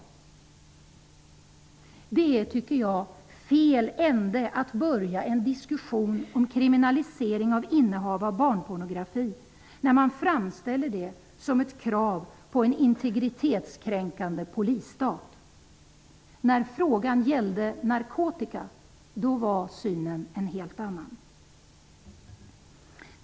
Jag tycker att det är fel ände att börja en diskussion om kriminaliseringen av innehav av barnpornografi med att framställa den som ett krav på en integritetskränkande polisstat. När frågan gällde narkotika var synen en helt annan.